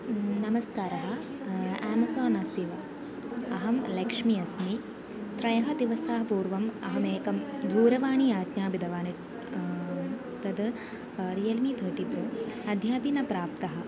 नमस्कारः एमेज़ोण् अस्ति वा अहं लक्ष्मी अस्मि त्रयः दिवसः पूर्वम् अहमेकं दूरवाणीम् आज्ञापितवती तद् रियल्मी थर्टि प्रो अद्यापि न प्राप्तः